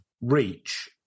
reach